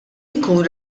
jkun